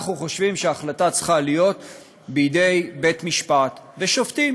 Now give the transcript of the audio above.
אנחנו חושבים שההחלטה צריכה להיות בידי בית-משפט ושופטים